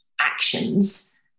actions